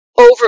over